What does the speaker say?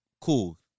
Cool